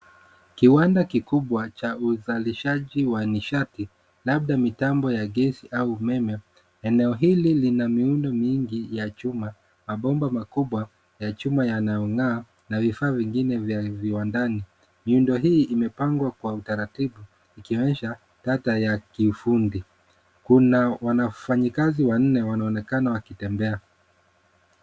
Kiwanda kikubwa cha uzalishaji wa nishati, labda mitambo ya gesi au umeme, eneo hili lina miundo mingi ya chuma, mabomba makubwa ya chuma yanayong'aa na vifaa vingine vya viwandani. Miundo hii imepangwa kwa utaratibu, ikionyesha tata ya kiufundi. Kuna wanafanya kazi wanne wanaonekana wakitembea.